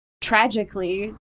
tragically